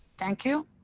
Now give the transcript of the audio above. thank you.